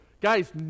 guys